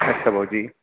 ਲਓ ਜੀ